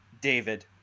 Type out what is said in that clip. David